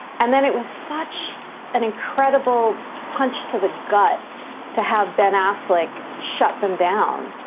and then it was such an incredible punch to the gut to have ben affleck shut them down,